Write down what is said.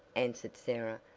answered sarah.